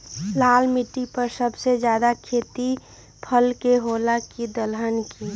लाल मिट्टी पर सबसे ज्यादा खेती फल के होला की दलहन के?